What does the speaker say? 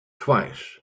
twice